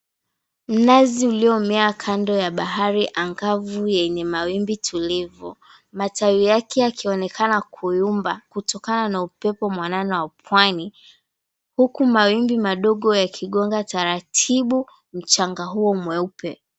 Mnazi uliomea kando ya bahari angavu yenye mawimbi tulivu matawi yake yakionekana kuyumba kutokana na upepo mwanana wa pwani huku mawimbi madogo yakigonga taratibu mchanga huo mweupe.